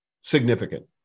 significant